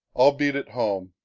i'll beat it home.